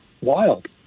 Wild